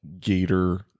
gator